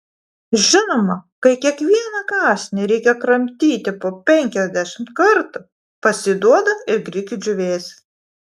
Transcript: žinoma kai kiekvieną kąsnį reikia kramtyti po penkiasdešimt kartų pasiduoda ir grikių džiūvėsis